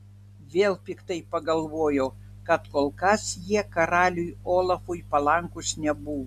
vėl piktai pagalvojo kad kol kas jie karaliui olafui palankūs nebuvo